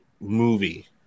movie